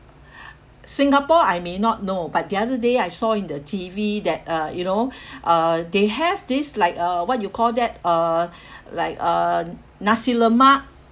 singapore I may not know but the other day I saw in the T_V that uh you know uh they have this like uh what you call that uh like uh nasi lemak